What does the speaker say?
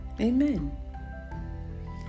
amen